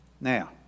Now